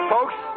Folks